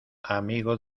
amigo